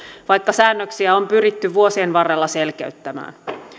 vaikka säännöksiä on pyritty vuosien varrella selkeyttämään